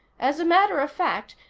as a matter of fact,